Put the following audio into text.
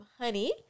honey